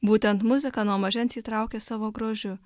būtent muzika nuo mažens jį traukė savo grožiu